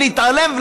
להתעלם,